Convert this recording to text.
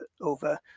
over